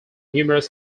numerous